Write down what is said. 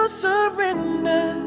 surrender